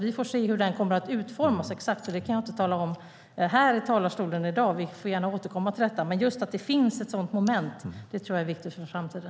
Vi får se hur den kommer att utformas exakt; det kan jag inte tala om här i talarstolen i dag. Vi får återkomma till detta. Just att det finns ett sådant moment tror jag dock är viktigt för framtiden.